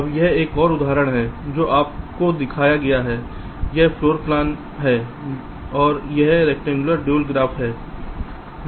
अब यह एक और उदाहरण है जो आपको दिखाया गया है यह एक फ्लोर प्लान है और यह रैक्टेंगुलर ड्यूल ग्राफ है